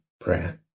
prayer